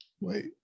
wait